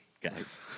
guys